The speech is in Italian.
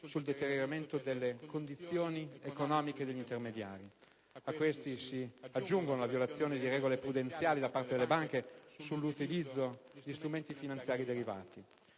sul deterioramento delle condizioni economiche degli intermediari. A questi si aggiunge la violazione di regole prudenziali da parte delle banche nell'utilizzo di strumenti finanziari derivati.